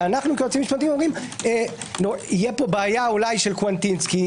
שאנחנו כיועצים משפטיים אומרים: תהיה פה בעיה אולי של קווטינסקי,